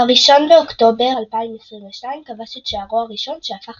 ב-1 באוקטובר 2022 כבש את שערו הראשון שהפך